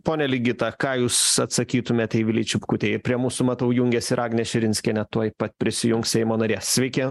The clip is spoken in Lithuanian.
ponia ligita ką jūs atsakytumėt eivilei čipkutei prie mūsų matau jungiasi ir agnė širinskienė tuoj pat prisijungs seimo narė sveiki